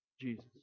Jesus